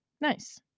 nice